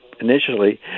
initially